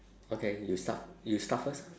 okay you start you start first